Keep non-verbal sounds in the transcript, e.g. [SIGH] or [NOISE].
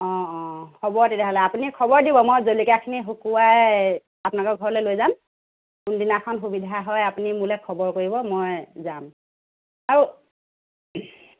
অঁ অঁ হ'ব তেতিয়াহ'লে আপুনি খবৰ দিব মই জলকীয়া খিনি শুকুৱাই আপোনালোকৰ ঘৰলে লৈ যাম কোনদিনাখন সুবিধা হয় আপুনি মোলে খবৰ কৰিব মই যাম আৰু [UNINTELLIGIBLE]